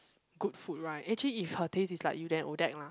good food right actually if her taste is like you then Odette lah